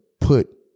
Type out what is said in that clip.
put